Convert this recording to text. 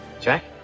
Jack